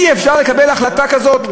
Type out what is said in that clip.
אי-אפשר לקבל החלטה כזאת,